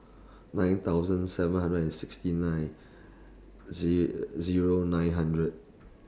nine thousand seven hundred and sixty nine Zero nine hundred